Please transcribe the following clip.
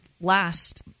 last